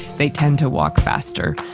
they tend to walk faster,